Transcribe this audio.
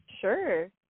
Sure